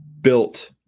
built